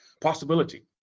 possibility